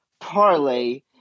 parlay